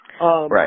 Right